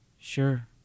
Sure